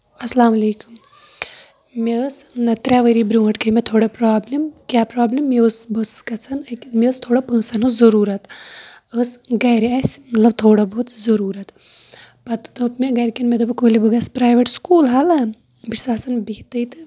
اَسلام علیکُم مےٚ ٲسۍ ترٛےٚ ؤری برونٹھ گٔے مےٚ تھوڑا برابلِم کیاہ برابلِم یہِ اوس بہٕ ٲسٕس گژھان مےٚ ٲسۍ تھوڑا پونٛسَن ہنٛز ضروٗرت ٲسۍ گرِ اَسہِ مطلب تھوڑا بہت ضروٗرت پَتہٕ دوٚپ مےٚ گرِکین مےٚ دوٚپمَکھ ؤلِو بہٕ گژھٕ پریویٹ سکوٗل حالہ بہٕ چھَس آسان بِہتھٕے تہٕ